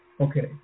Okay